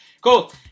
Cool